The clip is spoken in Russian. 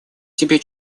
себе